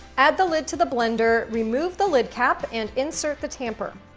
add the lid to the blender, remove the lid cap, and insert the tamper.